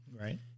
Right